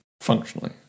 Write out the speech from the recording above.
Functionally